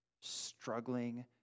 struggling